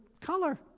color